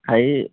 হেৰি